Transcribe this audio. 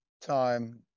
time